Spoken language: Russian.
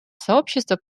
сообщество